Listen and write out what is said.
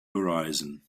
horizon